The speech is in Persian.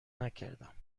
نکردم